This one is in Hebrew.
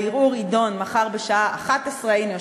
הערעור יידון מחר בשעה 11:00. הנה,